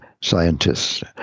scientists